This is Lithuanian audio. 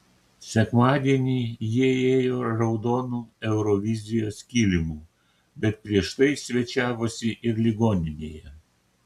sekmadienį jie ėjo raudonu eurovizijos kilimu bet prieš tai svečiavosi ir ligoninėje